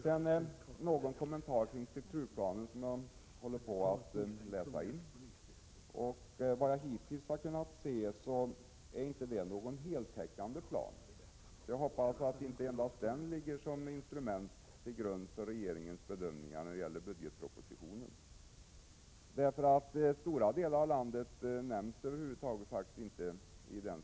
Jag vill sedan göra en kommentar till strukturplanen, som jag håller på att läsa in. Vad jag hittills har kunnat se är det inte någon heltäckande plan. Jag hoppas därför att inte endast den ligger till grund för regeringens bedömningar i budgetpropositionen. Stora delar av landet nämns över huvud taget inte i den strukturplanen.